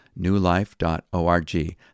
newlife.org